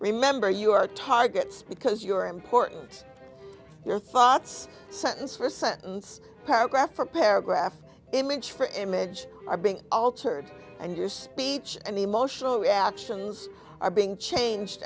remember you are targets because you're important your thoughts sentence first sentence paragraph or paragraph image for image are being altered and your speech and emotional reactions are being changed